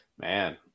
man